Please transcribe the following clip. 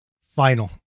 final